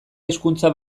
hizkuntza